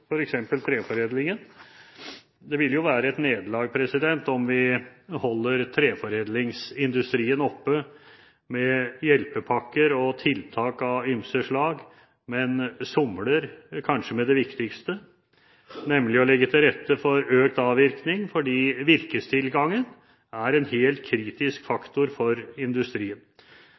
for treforedlingen. Det ville jo være et nederlag om vi holder treforedlingsindustrien oppe med hjelpepakker og tiltak av ymse slag, men somler med kanskje det viktigste, nemlig å legge til rette for økt avvirkning fordi virkestilgangen er en helt kritisk faktor for industrien.